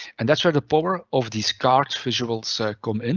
and that's where the power of these card visual so come in,